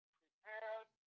prepared